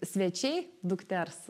svečiai dukters